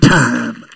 time